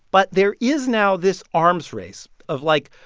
but there is now this arms race of, like,